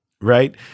Right